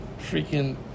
freaking